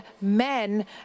men